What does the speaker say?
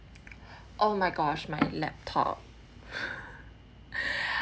oh my gosh my laptop